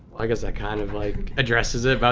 i guess, that kind of like addresses it, but i